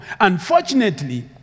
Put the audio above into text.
Unfortunately